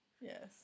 Yes